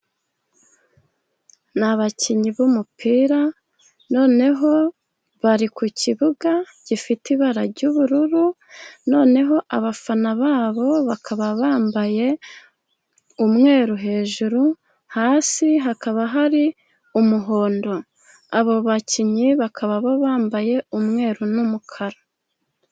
Ni abakinnyi b'umupira, noneho bari ku kibuga gifite ibara ry'ubururu, noneho abafana babo bakaba bambaye umweru hejuru, hasi hakaba hari umuhondo. Abo bakinnyi bakaba bambaye umweru n'umukara.